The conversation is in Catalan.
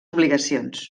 obligacions